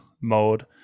mode